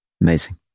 Amazing